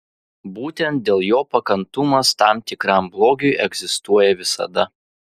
būtent dėl jo pakantumas tam tikram blogiui egzistuoja visada